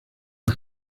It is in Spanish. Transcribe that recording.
las